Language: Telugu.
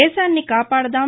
దేశాన్ని కాపాడదాం